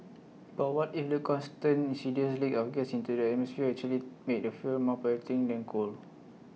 but what if the constant insidious leaks of gas into the atmosphere actually make the fuel more polluting than coal